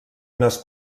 unes